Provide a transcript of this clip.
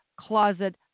closet